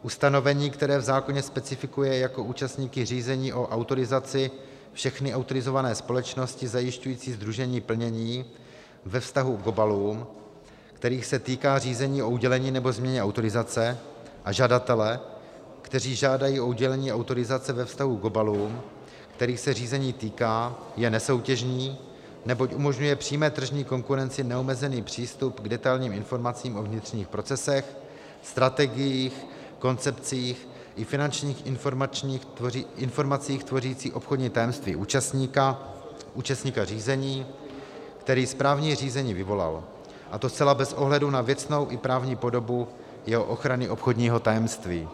Ustanovení, které v zákoně specifikuje jako účastníky řízení o autorizaci všechny autorizované společnosti zajišťující sdružení plnění ve vztahu k obalům, kterých se týká řízení o udělení nebo změně autorizace, a žadatele, kteří žádají o udělení autorizace ve vztahu k obalům, kterých se řízení týká, je nesoutěžní, neboť umožňuje přímé tržní konkurenci neomezený přístup k detailním informacím o vnitřních procesech, strategiích, koncepcích i finančních informacích tvořících obchodní tajemství účastníka řízení, který správní řízení vyvolal, a to zcela bez ohledu na věcnou i právní podobu jeho ochrany obchodního tajemství.